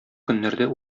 көннәрдә